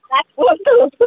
sir କୁହନ୍ତୁ